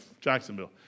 Jacksonville